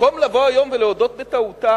במקום לבוא היום ולהודות בטעותם,